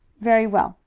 very well,